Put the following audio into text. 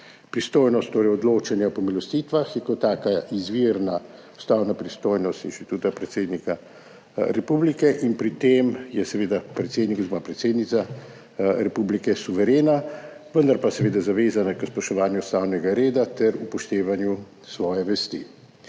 Pristojnost torej, odločanja o pomilostitvah je kot taka izvirna ustavna pristojnost inštituta predsednika republike in pri tem je seveda predsednik oziroma predsednica republike suverena, vendar pa seveda zavezana k spoštovanju ustavnega reda ter upoštevanju svoje vesti.